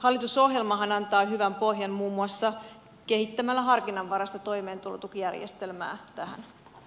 hallitusohjelmahan antaa hyvän pohjan muun muassa kehittämällä harkinnanvaraista toimeentulotukijärjestelmää tähän